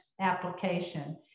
application